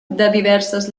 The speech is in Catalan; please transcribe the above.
diverses